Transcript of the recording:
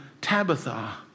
Tabitha